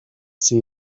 see